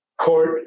Court